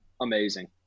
Amazing